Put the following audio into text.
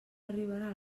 arribarà